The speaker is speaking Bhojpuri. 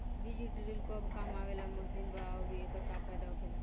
बीज ड्रील कब काम आवे वाला मशीन बा आऊर एकर का फायदा होखेला?